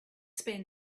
spend